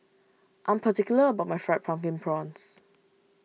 I am particular about my Fried Pumpkin Prawns